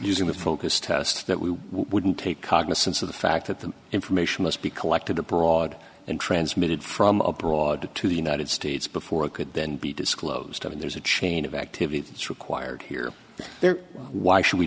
using the focus test that we wouldn't take cognizance of the fact that the information must be collected abroad and transmitted from abroad to the united states before it could then be disclosed i mean there's a chain of activity that's required here there why should we